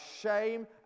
shame